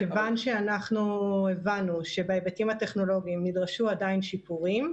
כיוון שאנחנו הבנו שבהיבטים הטכנולוגיים נדרשו עדיין שיפורים,